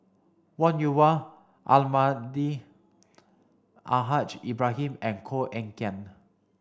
Wong Yoon Wah Almahdi Al Haj Ibrahim and Koh Eng Kian